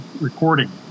recording